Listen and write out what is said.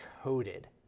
coated